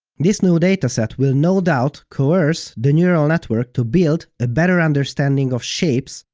this new dataset will no doubt coerce the neural network to build a better understanding of shapes,